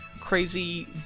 crazy